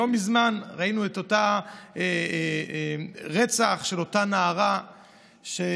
לא מזמן ראינו את אותו רצח של אותה נערה שבמשך